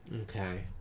Okay